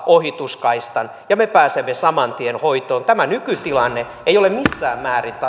ohituskaistan ja pääsemme saman tien hoitoon tämä nykytilanne ei ole missään määrin tasa